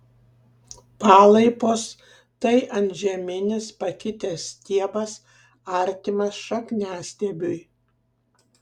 palaipos tai antžeminis pakitęs stiebas artimas šakniastiebiui